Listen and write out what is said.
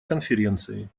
конференции